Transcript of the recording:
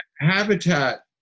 Habitat